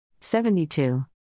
72